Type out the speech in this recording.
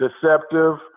deceptive